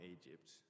Egypt